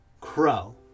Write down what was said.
Crow